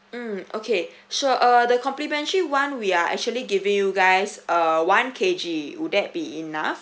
mm okay sure uh the complimentary [one] we are actually giving you guys uh one K_G would that be enough